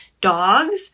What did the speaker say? dogs